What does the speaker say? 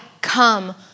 Come